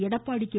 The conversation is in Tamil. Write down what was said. எடப்பாடி கே